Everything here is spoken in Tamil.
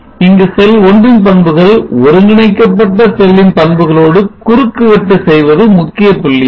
இங்கு செல் 1 ன் பண்புகள் ஒருங்கிணைக்கப்பட்ட செல்லின் பண்புகளோடு குறுக்கு வெட்டு செய்வது முக்கிய புள்ளியாகும்